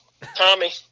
Tommy